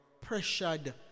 pressured